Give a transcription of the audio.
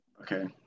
Okay